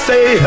Say